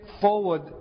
forward